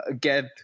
get